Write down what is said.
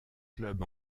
clubs